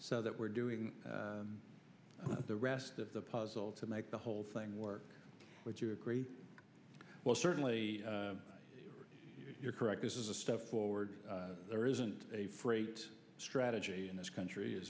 so that we're doing the rest of the puzzle to make the whole thing work would you agree well certainly you're correct this is a step forward there isn't a freight strategy in this country